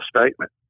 statement